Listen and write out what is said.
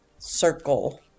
Circle